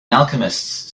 alchemists